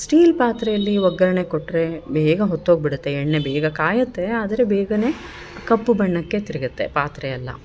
steel ಪಾತ್ರೆಯಲ್ಲಿ ಒಗ್ಗರಣೆ ಕೊಟ್ಟರೆ ಬೇಗ ಹೊತ್ತು ಹೋಗ್ಬಿಡುತ್ತೆ ಎಣ್ಣೆ ಬೇಗ ಕಾಯತ್ತೆ ಆದರೆ ಬೇಗನೆ ಕಪ್ಪು ಬಣ್ಣಕ್ಕೆ ತಿರ್ಗುತ್ತೆ ಪಾತ್ರೆಯೆಲ್ಲ